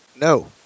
no